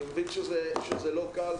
אני מבין שזה לא קל,